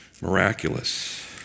Miraculous